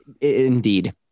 Indeed